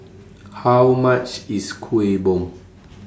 How much IS Kuih Bom